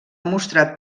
mostrat